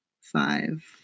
five